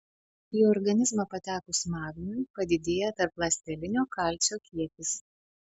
į organizmą patekus magniui padidėja tarpląstelinio kalcio kiekis